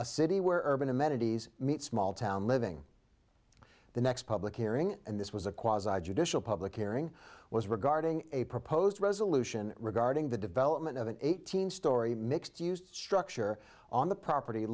a city where urban amenities meet small town living the next public hearing this was a quasi judicial public hearing was regarding a proposed resolution regarding the development of an eighteen storey mixed used structure on the property